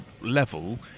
level